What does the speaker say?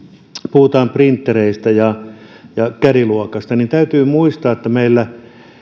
puhutaan sprintereistä ja caddy luokasta niin täytyy muistaa että meillä